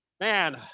man